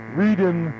reading